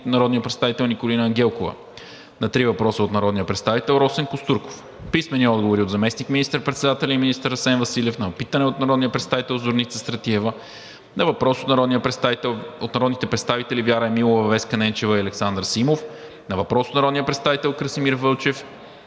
народния представител Николина Ангелкова; - три въпроса от народния представител Росен Костурков. Писмени отговори от заместник министър-председателя и министър на финансите Асен Василев на: - питане от народния представител Зорница Стратиева; - въпрос от народните представители Вяра Емилова, Веска Ненчева и Александър Симов; - въпрос от народния представител Красимир Вълчев;